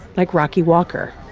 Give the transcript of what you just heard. like rocky walker.